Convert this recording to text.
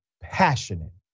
passionate